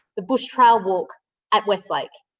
the bush trail walk at westlake,